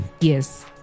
Yes